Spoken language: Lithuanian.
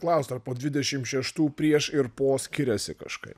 klaust ar po dvidešim šeštų prieš ir po skiriasi kažkai